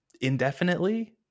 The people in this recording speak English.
indefinitely